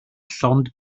llond